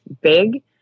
big